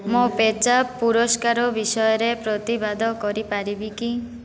ମୋର ପେ ଜାପ୍ ପୁରସ୍କାର ବିଷୟରେ ପ୍ରତିବାଦ କରିପାରିବି କି